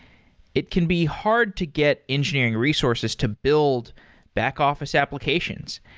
it can be hard to get engineering resources to build back-office applications.